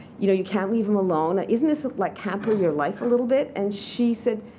you know you can't leave him alone. isn't this like hampering your life a little bit. and she said,